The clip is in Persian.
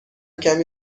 کمی